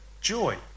Joy